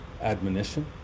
admonition